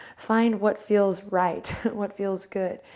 find what feels right, what feels good.